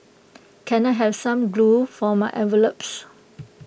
can I have some glue for my envelopes